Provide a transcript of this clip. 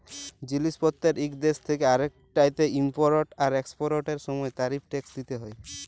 জিলিস পত্তের ইক দ্যাশ থ্যাকে আরেকটতে ইমপরট আর একসপরটের সময় তারিফ টেকস দ্যিতে হ্যয়